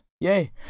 Yay